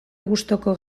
gustuko